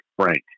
Frank